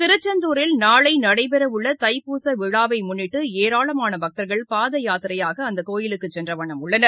திருச்செந்தூரில் நாளைநடைபெறவுள்ளதைப்பூச விழாவைமுன்னிட்டுஏராளமானபக்தர்கள் பாதயாத்திரையாகஅந்தகோவிலுக்குசென்றவண்ணம் உள்ளனர்